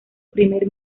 primer